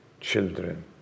children